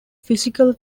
physical